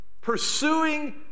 pursuing